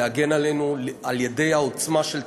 להגן עלינו על ידי העוצמה של צה"ל,